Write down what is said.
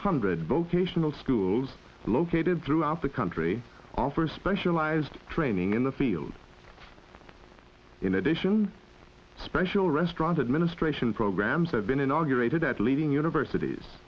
hundred vocational schools located throughout the country offer specialized training in the field in addition special restaurant administration programs have been inaugurated at leading universities